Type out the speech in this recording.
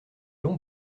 longs